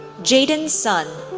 jayden sun,